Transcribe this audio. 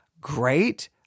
great